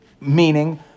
meaning